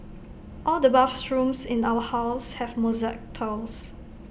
all the bathrooms in our house have mosaic tiles